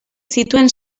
zituen